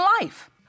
life